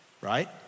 right